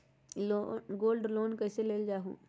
Gold loan कईसे लेल जाहु?